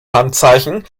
handzeichen